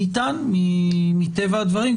ניתן מטבע הדברים,